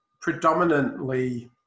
predominantly